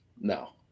No